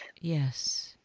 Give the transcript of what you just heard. Yes